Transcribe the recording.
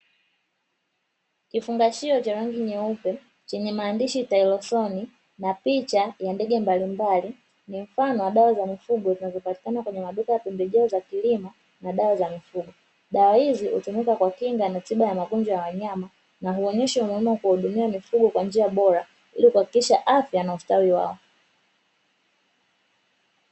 Kifungashio cha rangi nyeupe chenye maandishini ''TYLOSIN'' na picha ya ndege mbalimbali, ni mfano wa dawa za mifugo zinazopatikana kwenye maduka ya pembejeo za kilimo na dawa za mifugo. Dawa hizi hutumika kwa kinga na tiba ya magonjwa ya wanyama, na huonyesha umuhimu wa kuwahudumia mifugo kwa njia bora ili kuhakikisha afya na ustawi wao.